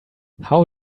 how